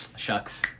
shucks